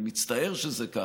אני מצטער שזה ככה,